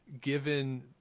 given